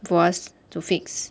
for us to fix